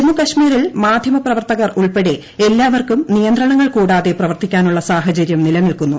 ജമ്മു കശ്മീരിൽ മാധ്യമപ്രവർത്തകർ ഉൾപ്പെടെ എല്ലാവർക്കും നിയന്ത്രണങ്ങൾ കൂടാതെ പ്രവർത്തിക്കാനുള്ള സാഹചര്യം നിലനിൽക്കുന്നു